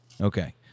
Okay